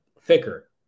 thicker